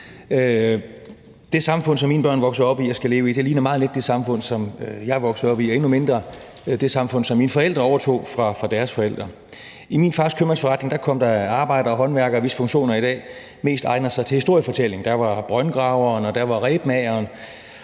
Det samfund, som mine børn vokser op i og skal leve i, ligner meget lidt det samfund, som jeg er vokset op i, og endnu mindre det samfund, som mine forældre overtog fra deres forældre. I min fars købmandsforretning kom der arbejdere og håndværkere, hvis funktioner i dag mest egner sig til historiefortælling. Der var brøndgraveren, og der var rebmageren,